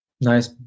nice